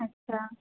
अच्छा